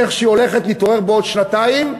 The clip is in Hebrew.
איך שהיא הולכת להתעורר בעוד שנתיים,